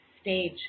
stage